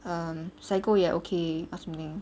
um psycho ya okay ask something